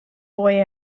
boy